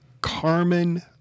carmen